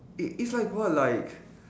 it it's like what like